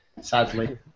Sadly